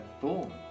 born